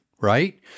right